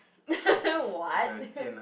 what